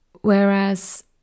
Whereas